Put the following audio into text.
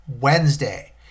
Wednesday